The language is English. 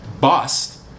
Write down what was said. bust